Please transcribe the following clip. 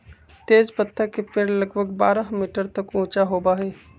तेजपत्ता के पेड़ लगभग बारह मीटर तक ऊंचा होबा हई